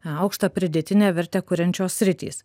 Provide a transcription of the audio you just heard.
aukštą pridėtinę vertę kuriančios sritys